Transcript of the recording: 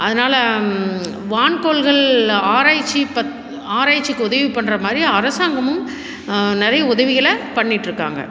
அதனால் வான்கோள்கள் ஆராய்ச்சி பத் ஆராய்ச்சிக்கு உதவி பண்ணுற மாதிரி அரசாங்கமும் நிறைய உதவிகளை பண்ணிட்டிருக்காங்க